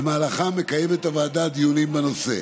שבמהלכם מקיימת הוועדה דיונים בנושא.